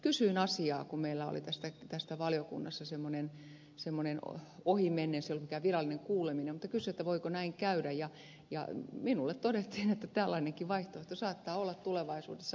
kysyin asiaa kun meillä oli tästä valiokunnassa ohimennen puhetta se ei ollut mikään virallinen kuuleminen kysyin voiko näin käydä ja minulle todettiin että tällainenkin vaihtoehto saattaa olla tulevaisuudessa mahdollinen